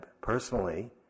personally